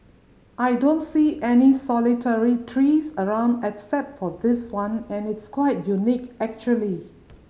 I don't see any solitary trees around except for this one and it's quite unique actually